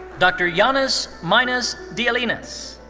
dr. yeah ioannis minas dialynas.